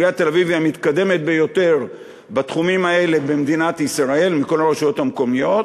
עיריית תל-אביב היא המתקדמת ביותר מכל הרשויות המקומיות